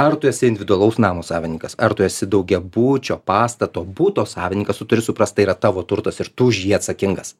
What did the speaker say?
ar tu esi individualaus namo savininkas ar tu esi daugiabučio pastato buto savininkas turi suprast yra tavo turtas ir tu už jį atsakingas